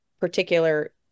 particular